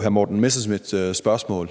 hr. Morten Messerschmidts spørgsmål.